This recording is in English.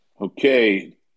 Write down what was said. Okay